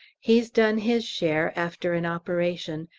he's done his share, after an operation,